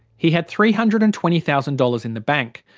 he had three hundred and twenty thousand dollars in the bank.